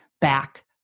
back